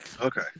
Okay